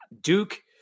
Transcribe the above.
Duke